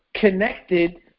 connected